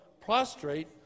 prostrate